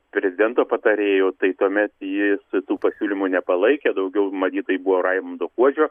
prezidento patarėju tai tuomet jis tų pasiūlymų nepalaikė daugiau matyt tai buvo raimundo kuodžio